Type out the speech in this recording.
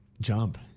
jump